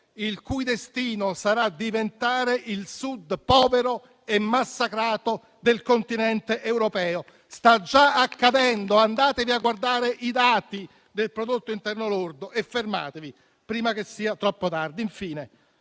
il cui destino sarà diventare il Sud povero e massacrato del Continente europeo. Sta già accadendo; andatevi a guardare i dati del prodotto interno lordo e fermatevi prima che sia troppo tardi.